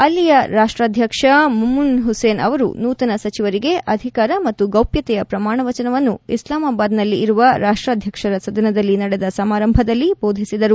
ಅಲ್ಲಿಯ ರಾಷ್ಟಾಧಕ್ಷ ಮಮ್ನನ್ ಹುಸೇನ್ ಅವರು ನೂತನ ಸಚಿವರಿಗೆ ಅಧಿಕಾರ ಮತ್ತು ಗೌಪ್ಣತೆಯ ಪ್ರಮಾಣ ವಚನವನ್ನು ಇಸ್ನಾಮಬಾದ್ನಲ್ಲಿ ಇರುವ ರಾಷ್ಟಾಧ್ವಕ್ಷರ ಸದನದಲ್ಲಿ ನಡೆದ ಸಮಾರಂಭದಲ್ಲಿ ಬೋದಿಸಿದರು